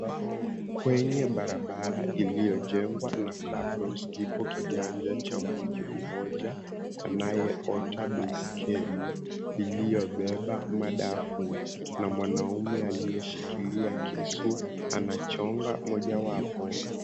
Kwenye barabara iliyojengwa na kabros, kipo kiganjo cha mtu mmoja anaye ota baiskeli iliyobeba madafu na mwanaume aliyeshikilia kisu anachonga mojawapo.